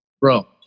bro